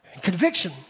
Conviction